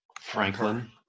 Franklin